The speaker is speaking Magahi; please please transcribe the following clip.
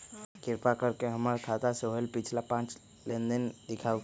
कृपा कर के हमर खाता से होयल पिछला पांच लेनदेन दिखाउ